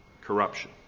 corruption